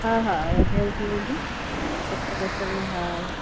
हा हा रधियल थी वेंदी अछे बसर में हा